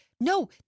no